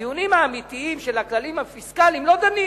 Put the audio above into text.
בדיונים האמיתיים של הכללים הפיסקליים לא דנים.